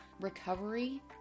recovery